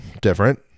different